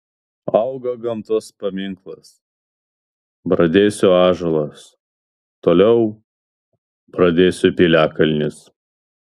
auga gamtos paminklas bradesių ąžuolas toliau bradesių piliakalnis